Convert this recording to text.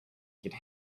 could